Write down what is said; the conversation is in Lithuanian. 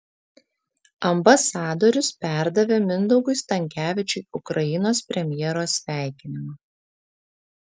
ambasadorius perdavė mindaugui stankevičiui ukrainos premjero sveikinimą